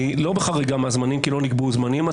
אני לא בחריגה מהזמנים, כי לא נקבעו זמנים.